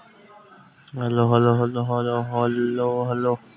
एक लाख के ऋण के पईसा म कतका पईसा आऊ भरे ला लगही?